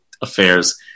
affairs